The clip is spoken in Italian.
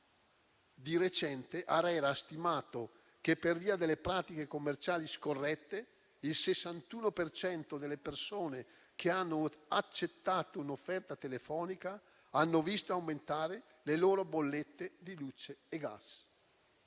Di recente, ARERA ha stimato che, per via delle pratiche commerciali, scorrette, il 61 per cento delle persone che hanno accettato un'offerta telefonica ha visto aumentare le loro bollette di luce e gas.